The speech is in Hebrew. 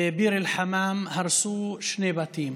בביר אל-חמאם, הרסו שם שני בתים.